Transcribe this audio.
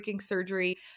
surgery